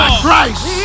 Christ